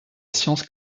science